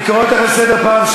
אני קורא אותך לסדר פעם ראשונה.